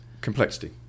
Complexity